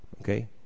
Okay